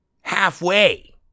halfway